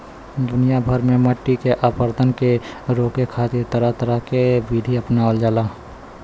दुनिया भर में मट्टी के अपरदन के रोके खातिर तरह तरह के विधि अपनावल जाला